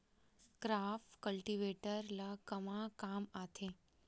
Crop cultivator ला कमा काम आथे?